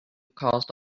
caused